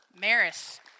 Maris